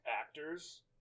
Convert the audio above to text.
actors